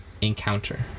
encounter